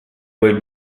would